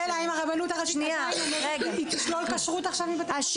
השאלה אם הרבנות הראשית תשלול כשרות עכשיו מבתי החולים.